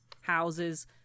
houses